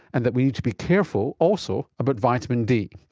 and that we need to be careful also about vitamin d.